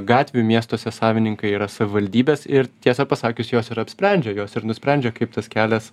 gatvių miestuose savininkai yra savivaldybės ir tiesą pasakius jos ir apsprendžia jos ir nusprendžia kaip tas kelias